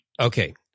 Okay